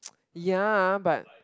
ya but